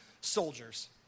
soldiers